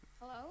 Hello